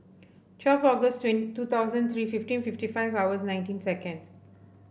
twelve August two thousand three fifteen fifty five hours nineteen seconds